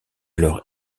alors